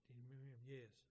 Yes